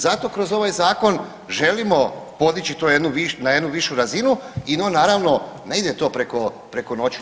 Zato kroz ovaj zakon želimo podići to na jednu višu razinu i naravno ne ide to preko noći.